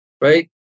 right